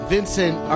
Vincent